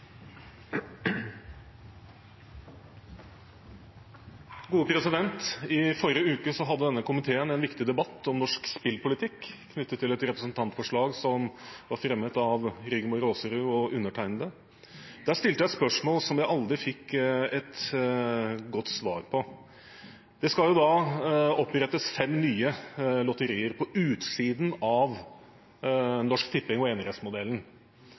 I forrige uke hadde denne komiteen en viktig debatt om norsk spillpolitikk knyttet til et representantforslag som var fremmet av Rigmor Aasrud og undertegnede. Der stilte jeg et spørsmål som jeg aldri fikk et godt svar på. Det skal opprettes fem nye lotterier på utsiden av Norsk Tipping og enerettsmodellen.